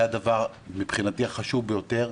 זה מבחינתי הדבר החשוב ביותר.